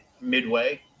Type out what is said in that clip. midway